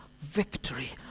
victory